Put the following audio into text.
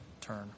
turn